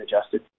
adjusted